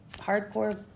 hardcore